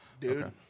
Dude